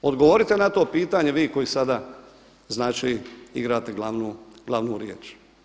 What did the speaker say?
Odgovorite na to pitanje vi koji sada znači igrate glavnu riječ.